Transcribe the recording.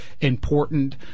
important